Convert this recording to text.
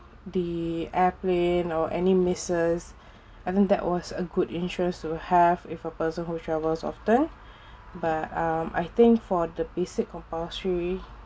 the airplane or any misses I think that was a good insurance to have if a person who travels often but um I think for the basic compulsory